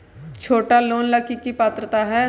छोटा लोन ला की पात्रता है?